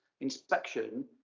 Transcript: inspection